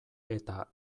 eta